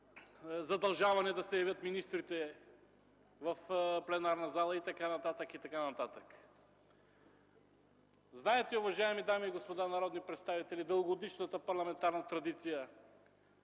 задължаване да се явят министрите в пленарната зала и така нататък, и така нататък. Знаете, уважаеми дами и господа народни представители, дългогодишната парламентарна традиция,